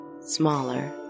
Smaller